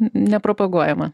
ne propaguojama